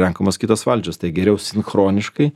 renkamos kitos valdžios tai geriau sinchroniškai